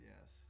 yes